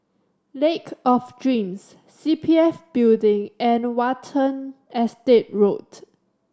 Lake of Dreams C P F Building and Watten Estate Road